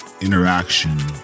interaction